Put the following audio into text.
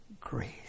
grace